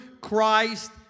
Christ